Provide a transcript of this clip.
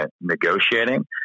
negotiating